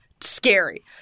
scary